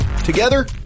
together